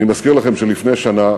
אני מזכיר לכם שלפני שנה,